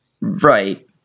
Right